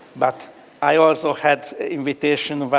but i also had invitation